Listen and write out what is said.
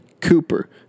Cooper